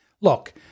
Look